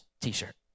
t-shirt